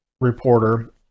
reporter